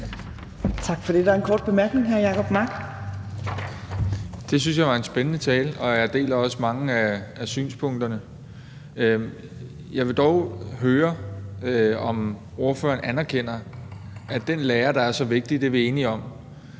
Tak for det. Der er en kort bemærkning. Hr. Jacob Mark. Kl. 14:58 Jacob Mark (SF): Det synes jeg var en spændende tale, og jeg deler også mange af synspunkterne. Jeg vil dog høre, om ordføreren anerkender, at den lærer, der er så vigtig, det er vi enige om,